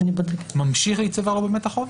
ממשיך להיצבר החוב?